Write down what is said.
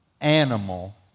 animal